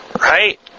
right